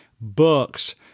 books